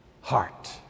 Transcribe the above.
heart